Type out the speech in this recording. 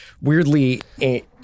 weirdly